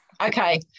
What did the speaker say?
Okay